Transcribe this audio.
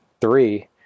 three